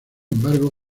embargo